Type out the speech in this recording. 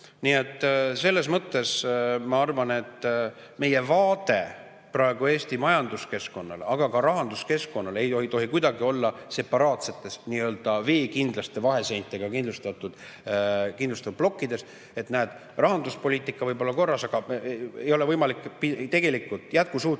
Nii et selles mõttes ma arvan, et meie vaade praegu Eesti majanduskeskkonnale, aga ka rahanduskeskkonnale ei tohi kuidagi olla separaatsetes, veekindlate vaheseintega kindlustatud plokkides. Näed, rahanduspoliitika võib olla korras, aga tegelikult ei